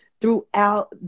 throughout